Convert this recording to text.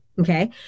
okay